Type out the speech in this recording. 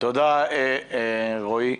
תודה, רועי.